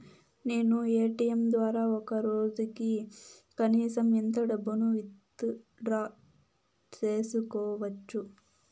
నేను ఎ.టి.ఎం ద్వారా ఒక రోజుకి కనీసం ఎంత డబ్బును విత్ డ్రా సేసుకోవచ్చు?